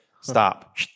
Stop